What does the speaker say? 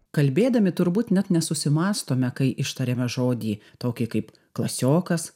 kalbėdami turbūt net nesusimąstome kai ištariame žodį tokį kaip klasiokas